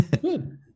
Good